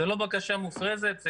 זו לא בקשה מופרזת,